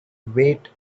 wait